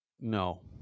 No